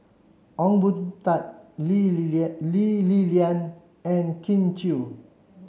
Ong Boon Tat Lee Li Lian Lee Li Lian and Kin Chui